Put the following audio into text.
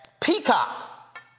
Peacock